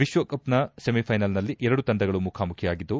ವಿಶ್ವಕಪ್ನ ಸೆಮಿಫೈನಲ್ನಲ್ಲಿ ಎರಡು ತಂಡಗಳು ಮುಖಾಮುಖಿಯಾಗಿದ್ದವು